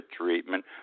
treatment